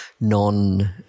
non